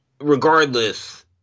regardless